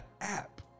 app